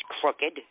crooked